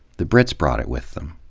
the brits brought it with them.